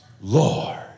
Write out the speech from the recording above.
Lord